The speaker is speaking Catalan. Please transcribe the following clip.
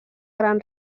gran